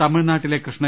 തമിഴ്നാട്ടിലെ കൃഷ്ണ